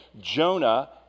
Jonah